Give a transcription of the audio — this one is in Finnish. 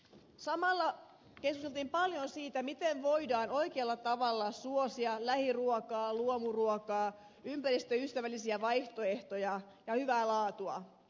samalla keskusteltiin paljon siitä miten voidaan oikealla tavalla suosia lähiruokaa luomuruokaa ympäristöystävällisiä vaihtoehtoja ja hyvää laatua